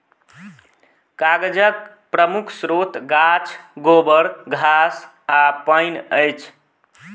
कागजक प्रमुख स्रोत गाछ, गोबर, घास आ पानि अछि